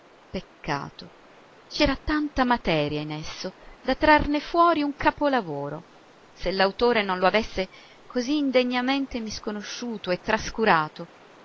peccato c'era tanta materia in esso da trarne fuori un capolavoro se l'autore non lo avesse così indegnamente misconosciuto e trascurato